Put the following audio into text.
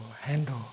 handle